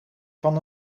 van